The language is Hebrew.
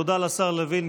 תודה לשר לוין.